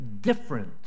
different